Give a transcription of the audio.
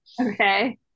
Okay